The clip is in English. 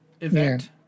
event